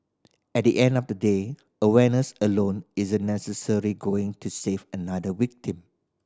at the end of the day awareness alone isn't necessarily going to save another victim